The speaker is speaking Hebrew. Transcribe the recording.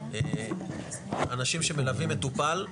אנשים שמלווים מטופל.